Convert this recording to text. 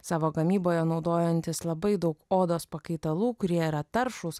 savo gamyboje naudojantis labai daug odos pakaitalų kurie yra taršūs